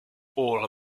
all